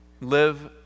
live